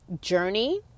journey